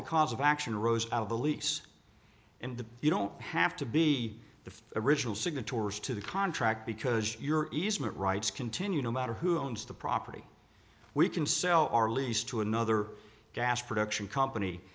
of the cause of action arose out of the lease and the you don't have to be the original signatories to the contract because your easement rights continue no matter who owns the property we can sell our lease to another gas production company